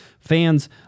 Fans